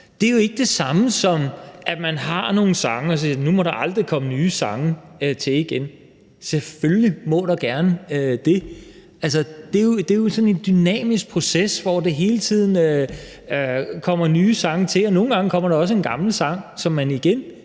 Det er jo ikke det samme som, at man har nogle sange og man siger, at nu må der aldrig komme nye sange til igen. Selvfølgelig må der gerne det. Altså, det er jo sådan en dynamisk proces, hvor der hele tiden kommer nye sange til. Nogle gange kommer der også en gammel sang, som man igen